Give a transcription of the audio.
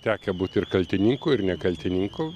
tekę būt ir kaltininku ir ne kaltininku